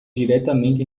diretamente